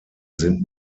sind